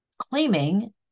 claiming